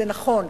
זה נכון,